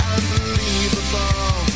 Unbelievable